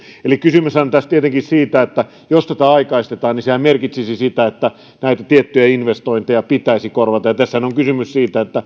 eli kysymyshän tässä on tietenkin siitä että jos tätä aikaistetaan niin sehän merkitsisi sitä että näitä tiettyjä investointeja pitäisi korvata ja tässähän on kysymys siitä